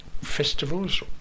festivals